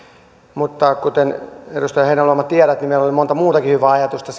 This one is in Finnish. mutta kuten edustaja heinäluoma tiedät niin meillä oli siellä meidän eduskuntavaaliohjelmassa monta muutakin hyvää ajatusta